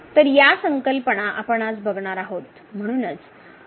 तर या संकल्पना आपण आज बघणार आहोत